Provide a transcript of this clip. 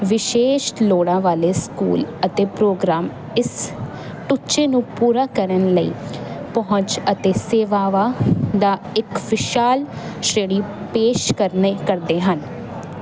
ਵਿਸ਼ੇਸ਼ ਲੋੜਾਂ ਵਾਲੇ ਸਕੂਲ ਅਤੇ ਪ੍ਰੋਗਰਾਮ ਇਸ ਟੀਚੇ ਨੂੰ ਪੂਰਾ ਕਰਨ ਲਈ ਪਹੁੰਚ ਅਤੇ ਸੇਵਾਵਾਂ ਦਾ ਇੱਕ ਵਿਸ਼ਾਲ ਸ਼੍ਰੇਣੀ ਪੇਸ਼ ਕਰਨੀ ਕਰਦੇ ਹਨ